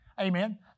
amen